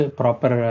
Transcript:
proper